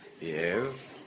Yes